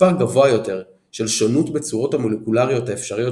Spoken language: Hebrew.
מספר גבוה יותר של שונות בצורות המולקולריות האפשריות